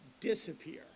disappear